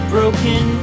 Broken